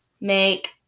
make